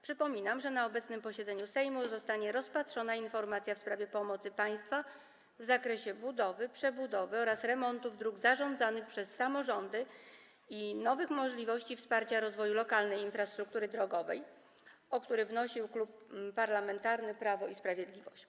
Przypominam, że na obecnym posiedzeniu Sejmu zostanie rozpatrzona informacja w sprawie pomocy państwa w zakresie budowy, przebudowy oraz remontów dróg zarządzanych przez samorządy i nowych możliwości wsparcia rozwoju lokalnej infrastruktury drogowej, o którą wnosił Klub Parlamentarny Prawo i Sprawiedliwość.